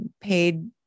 paid